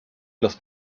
los